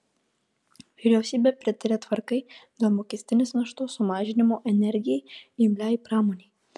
vyriausybė pritarė tvarkai dėl mokestinės naštos sumažinimo energijai imliai pramonei